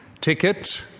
ticket